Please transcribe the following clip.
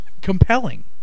compelling